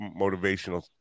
motivational